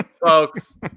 Folks